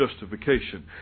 justification